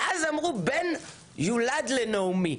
ואז אמרו בן יולד לנעמי.